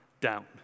down